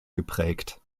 geprägt